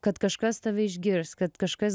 kad kažkas tave išgirs kad kažkas